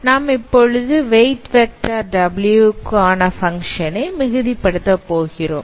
நாம் இப்போது weight vector W க்கு ஆன பங்க்ஷன் ஐ மிகுதி படுத்தப் போகிறோம்